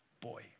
boy